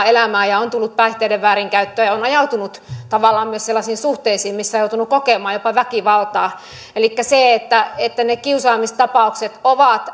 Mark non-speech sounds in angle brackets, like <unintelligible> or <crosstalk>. <unintelligible> elämää ja on tullut päihteiden väärinkäyttöä ja on ajautunut tavallaan myös sellaisiin suhteisiin missä on joutunut kokemaan jopa väkivaltaa elikkä ne kiusaamistapaukset ovat <unintelligible>